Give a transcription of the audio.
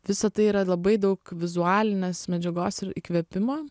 visa tai yra labai daug vizualinės medžiagos ir įkvėpimo